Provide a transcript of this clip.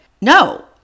no